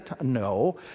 No